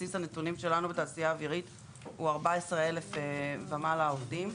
בסיס הנתונים שלנו בתעשייה אווירית הוא 14,000 ומעלה עובדים.